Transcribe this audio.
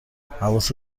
حواست